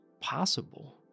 possible